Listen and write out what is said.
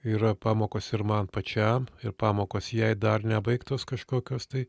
yra pamokos ir man pačiam ir pamokos jai dar nebaigtos kažkokios tai